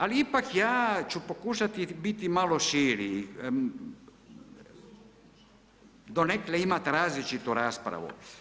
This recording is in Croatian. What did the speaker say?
Ali ipak ja ću pokušati biti malo širi, donekle imati različitu raspravu.